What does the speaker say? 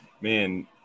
man